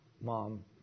Mom